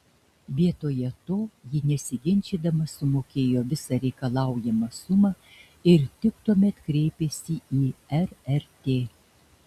vietoje to ji nesiginčydama sumokėjo visą reikalaujamą sumą ir tik tuomet kreipėsi į rrt